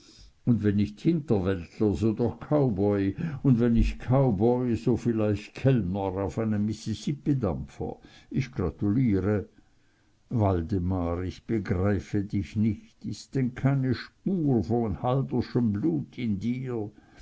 und wenn nicht hinterwäldler so doch cowboy und wenn nicht cowboy so vielleicht kellner auf einem mississippidampfer ich gratuliere waldemar ich begreife dich nicht ist denn keine spur von haldernschem blut in dir